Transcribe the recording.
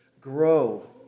Grow